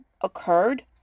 occurred